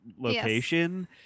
location